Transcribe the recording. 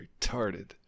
retarded